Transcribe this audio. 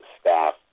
staff